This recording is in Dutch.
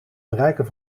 bereiken